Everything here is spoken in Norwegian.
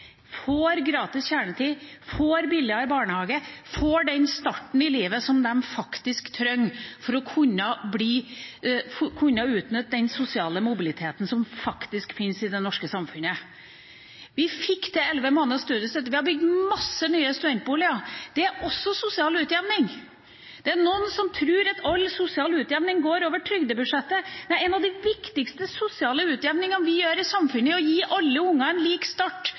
får gratis kjernetid, får billigere barnehage, får den starten i livet som de trenger for å kunne utnytte den sosiale mobiliteten som faktisk fins i det norske samfunnet. Vi fikk til elleve måneders studiestøtte, og vi har bygd mange nye studentboliger. Det er også sosial utjevning. Det er noen som tror at all sosial utjevning går over trygdebudsjettet. Nei, en av de viktigste sosiale utjevningene vi gjør i samfunnet, er å gi alle unger en lik start,